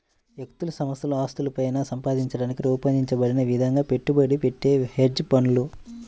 వ్యక్తులు సంస్థల ఆస్తులను పైన సంపాదించడానికి రూపొందించబడిన విధంగా పెట్టుబడి పెట్టే హెడ్జ్ ఫండ్లు